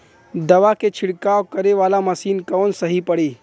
दवा के छिड़काव करे वाला मशीन कवन सही पड़ी?